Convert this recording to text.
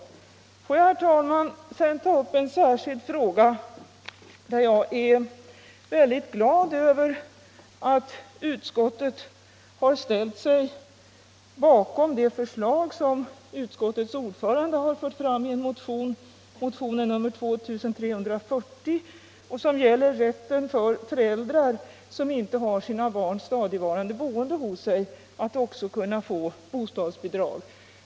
Får jag, herr talman, sedan ta upp en särskild fråga? Jag är mycket glad över att utskottet har ställt sig bakom förslaget från utskottets ordförande i motionen 2340 om att också föräldrar som inte har sina barn stadigvarande boende hos sig skall kunna få bostadsbidrag.